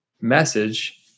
message